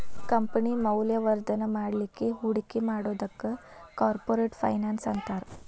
company ಮೌಲ್ಯವರ್ಧನ ಮಾಡ್ಲಿಕ್ಕೆ ಹೂಡಿಕಿ ಮಾಡೊದಕ್ಕ ಕಾರ್ಪೊರೆಟ್ ಫೈನಾನ್ಸ್ ಅಂತಾರ